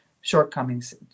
shortcomings